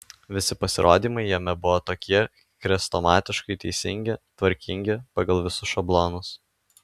visi pasirodymai jame buvo tokie chrestomatiškai teisingi tvarkingi pagal visus šablonus